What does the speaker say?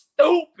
stupid